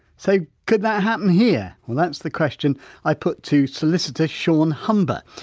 so, could that happen here? well that's the question i put to solicitor sean humber.